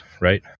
right